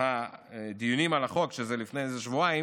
ביום הדיונים על החוק, זה היה לפני איזה שבועיים,